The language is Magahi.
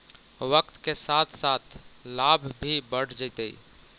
वक्त के साथ साथ लाभ भी बढ़ जतइ